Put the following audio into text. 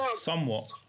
Somewhat